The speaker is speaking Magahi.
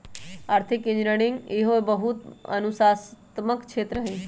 आर्थिक इंजीनियरिंग एहो बहु अनुशासनात्मक क्षेत्र हइ